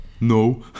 No